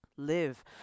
live